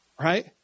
Right